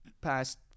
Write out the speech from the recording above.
past